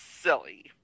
silly